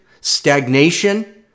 stagnation